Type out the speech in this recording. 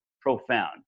profound